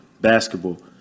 basketball